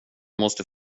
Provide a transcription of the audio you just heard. måste